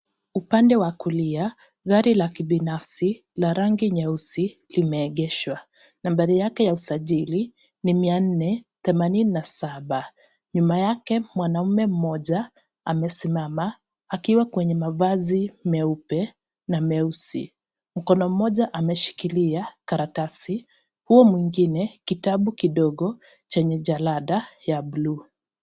Upande wa kulia, gari la kibinafsi la rangi nyeusi limeegeshwa nambari yake ya usajili ni mia nne themanini na saba, nyuma yake mwanamume mmoja amesimama akiwa kwenye mavazi meupe na meusi, mkono moja ameshikilia karatasi huu mwingine kitabu kidogo chenye jalada ya blue .